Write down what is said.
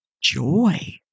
joy